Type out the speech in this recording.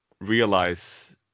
realize